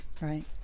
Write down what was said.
Right